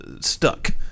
stuck